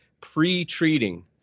pre-treating